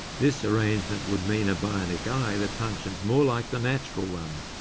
this arrangement would mean a bionic eye that functions more like the natural one.